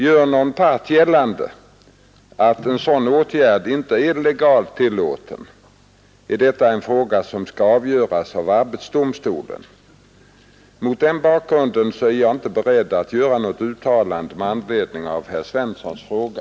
Gör någon part gällande att en 3 sådan åtgärd inte är legalt tillåten, är detta en fråga som skall avgöras av arbetsdomstolen. Mot denna bakgrund är jag inte beredd att göra något uttalande med anledning av herr Svenssons fråga.